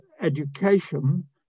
education